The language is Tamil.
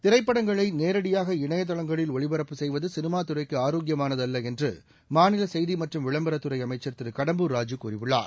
திரைப்படங்களை நேரடியாக இணையதளங்களில் ஒளிபரப்பு செய்வது சினிமாத்துறைக்கு ஆரோக்கியமானதல்ல என்று மாநில செய்தி மற்றும் விளம்பரத்துறை அமைச்சர் திரு கடம்பூர் ராஜு கூறியுள்ளார்